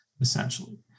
essentially